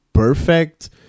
Perfect